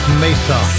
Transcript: mesa